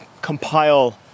compile